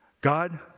God